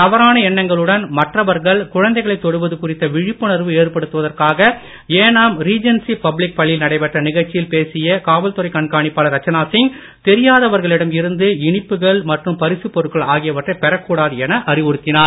தவறான எண்ணங்களுடன் மற்றவர்கள் குழந்தைகளைத் தொடுவது குறித்த விழிப்புணர்வு ஏற்படுத்துவதற்கார் ஏனாம் ரீஜன்சி பப்ளிக் பள்ளியில் நடைபெற்ற நிகழ்ச்சியில் பேசிய காவல்துறை கண்காணிப்பாளர் ரச்சனா சிங் தெரியாதவர்களிடம் இருந்து இனிப்புக்கள் மற்றும் பரிசுப் பொருட்கள் ஆகியவற்றை பெறக்கூடாது என அறிவுறுத்தினார்